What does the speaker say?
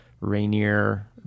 Rainier